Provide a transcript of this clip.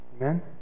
Amen